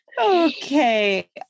Okay